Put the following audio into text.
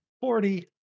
Forty